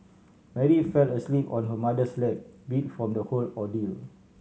Mary fell asleep on her mother's lap beat from the whole ordeal